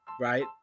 Right